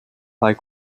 high